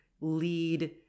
lead